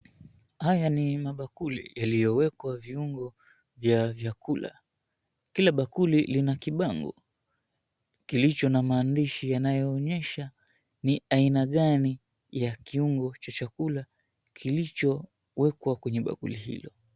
Haya ni mabakuli iliyowekwa viungo vya vyakula, kila bakuli ina kibango kilicho na maandishi yanayoonyesha ni aina gani ya kiongo cha chakula kilichowekwa kwenye bakuli hilo.